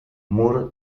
moore